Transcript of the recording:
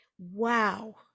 wow